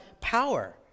power